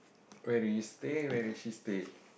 where do you stay where does she stay